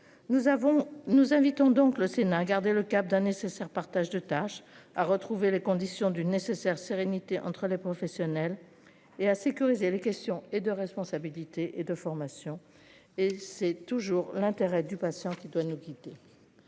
nous invitons donc le Sénat à garder le cap d'un nécessaire partage de tâches à retrouver les conditions d'une nécessaire sérénité entre les professionnels et à sécuriser les questions et de responsabilité et de formation et c'est toujours l'intérêt du patient qui doit nous guider.